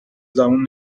زبون